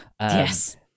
yes